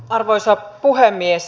arvoisa puhemies